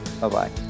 Bye-bye